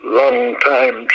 long-time